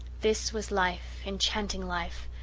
this was life enchanting life.